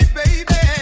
baby